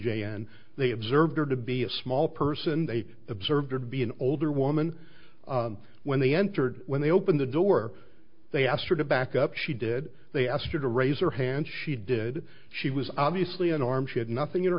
jail and they observed her to be a small person they observed her to be an older woman when they entered when they open the door they asked her to back up she did they asked her to raise her hand she did she was obviously an arm she had nothing in her